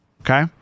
Okay